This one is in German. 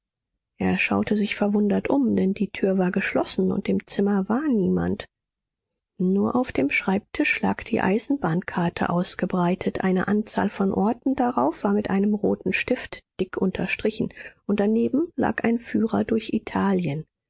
er schaute sich verwundert um denn die tür war geschlossen und im zimmer war niemand nur auf dem schreibtisch lag die eisenbahnkarte ausgebreitet eine anzahl von orten darauf war mit einem roten stift dick unterstrichen und daneben lag ein führer durch italien